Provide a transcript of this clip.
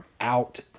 out